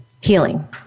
healing